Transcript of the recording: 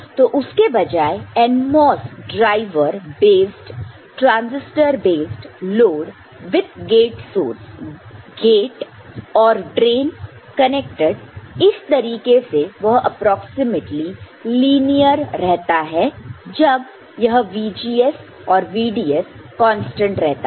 तो उसके बजाय NMOS driver based NMOS transistor based load with gate source gate और ड्रेन कनेक्टेड इस तरीके से वह एप्रोक्सीमेटली लीनियर रहता है जब यह VGS और VDS कांस्टेंट रहता है